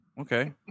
okay